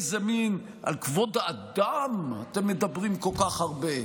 על כבוד האדם אתם מדברים כל כך הרבה?